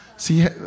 See